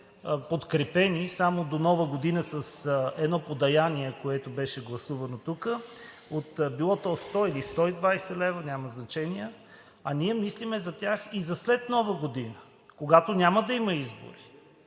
подкрепени само до Нова година с едно подаяние, което беше гласувано тук, от било то 100 или 120 лв., няма значение. Ние мислим за тях и за след Нова година, когато няма да има избори